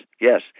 yes